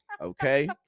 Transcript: okay